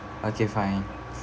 okay fine